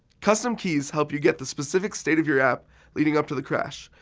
custom keys help you get the specific state of your app leading up to the crash.